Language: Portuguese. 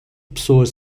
pessoas